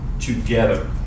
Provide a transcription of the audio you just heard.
together